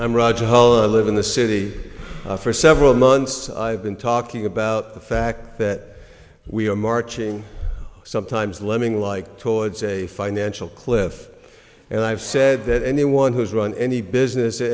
i'm roger hall i live in the city for several months i've been talking about the fact that we are marching sometimes lemming like towards a financial cliff and i've said that anyone who has run any business a